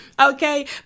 Okay